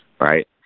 right